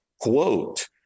quote